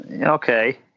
Okay